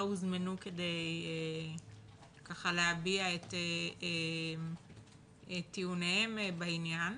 לא הוזמנו כדי להביע את טיעוניהם בעניין,